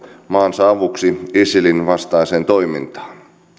maansa avuksi isilin vastaiseen toimintaan